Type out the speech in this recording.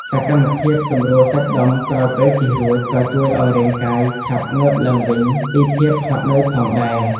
សកម្មភាពសម្រួលសាច់ដុំក្រោយពេលជិះរួច ក៏ជួយឱ្យរាងកាយឆាប់ងើបឡើងវិញពីភាពហត់នឿយផងដែរ។